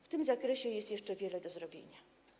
W tym zakresie jest jeszcze wiele do zrobienia.